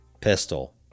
pistol